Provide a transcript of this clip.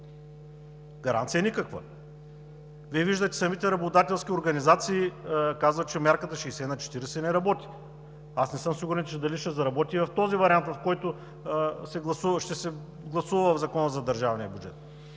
Гаранция никаква! Вие виждате, че самите работодателски организации казват, че мярката 60/40 не работи. Аз не съм сигурен дали ще заработи в този вариант, в който се гласува в Закона за държавния бюджет,